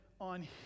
on